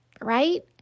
Right